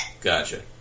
Gotcha